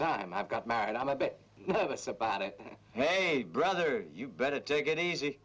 time i've got married i'm a bit nervous about it hey brother you better take it easy